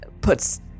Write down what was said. puts